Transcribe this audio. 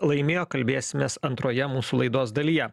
laimėjo kalbėsimės antroje mūsų laidos dalyje